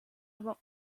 aber